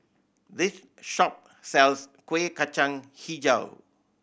this shop sells Kueh Kacang Hijau